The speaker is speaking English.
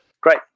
Great